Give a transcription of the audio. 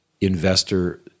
investor